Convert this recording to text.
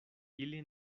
ili